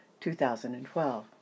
2012